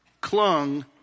clung